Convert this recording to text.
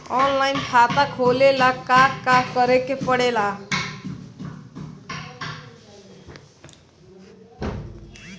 Online खाता खोले ला का का करे के पड़े ला?